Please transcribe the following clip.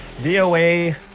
DOA